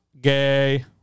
gay